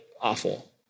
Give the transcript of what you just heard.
awful